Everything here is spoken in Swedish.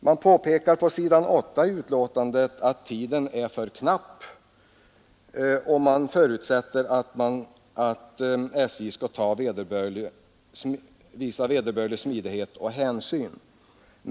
Man framhåller på s. 8 i utskottsbetänkandet, att tiden är för knapp och att man förutsätter att SJ skall visa vederbörlig smidighet och hänsyn.